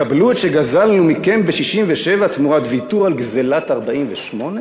קבלו את שגזלנו מכם ב-67' תמורת ויתור על גזלת 48'?